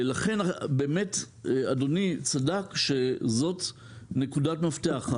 לכן אדוני צדק בכך שזו נקודת מפתח,